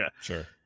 sure